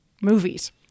movies